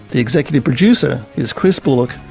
the executive producer is chris bullock,